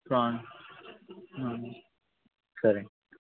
France సరే